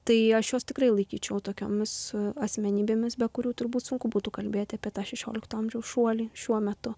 tai aš juos tikrai laikyčiau tokiomis asmenybėmis be kurių turbūt sunku būtų kalbėti apie tą šešiolikto amžiaus šuolį šiuo metu